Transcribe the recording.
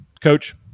Coach